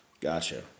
Gotcha